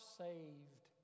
saved